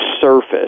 surface